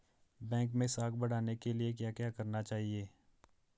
Bank मैं साख बढ़ाने के लिए क्या क्या करना चाहिए?